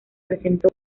presentó